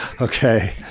Okay